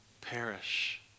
Perish